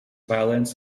violence